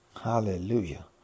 Hallelujah